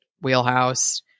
wheelhouse